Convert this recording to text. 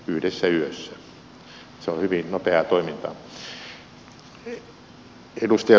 se on hyvin nopeaa toimintaa